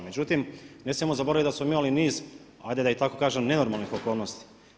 Međutim, ne smijemo zaboraviti da smo mi imali niz ajde da i tako kažem nenormalnih okolnosti.